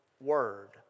word